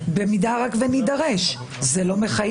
זה רק אם נידרש, וזה לא מחייב.